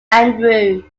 andrew